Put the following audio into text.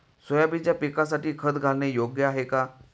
सोयाबीनच्या पिकासाठी खत घालणे योग्य आहे का?